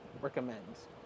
recommends